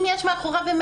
אם יש אמת מאחוריו.